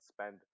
spend